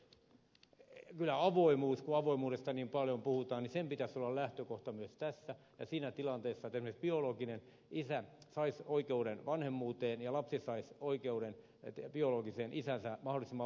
kyllä avoimuuden kun avoimuudesta niin paljon puhutaan pitäisi olla lähtökohtana myös tässä ja siinä tilanteessa että esimerkiksi biologinen isä saisi oikeuden vanhemmuuteen ja lapsi saisi oikeuden biologiseen isäänsä mahdollisimman varhaisessa vaiheessa